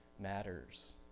Matters